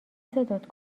صدات